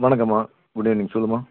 வணக்கம்மா good evening சொல்லும்மா